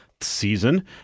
season